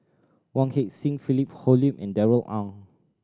Wong Heck Sing Philip Hoalim and Darrell Ang